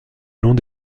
long